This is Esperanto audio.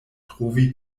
trovi